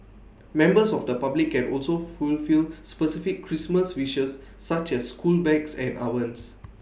members of the public can also fulfil specific Christmas wishes such as school bags and ovens